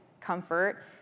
comfort